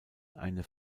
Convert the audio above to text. eine